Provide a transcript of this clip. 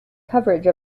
coverage